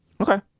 Okay